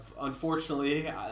unfortunately